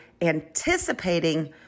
anticipating